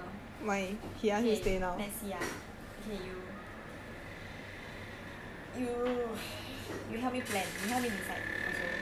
okay let's see uh okay you you you help me plan you help me decide also since